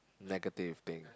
negative thing